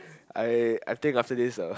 I I think after this uh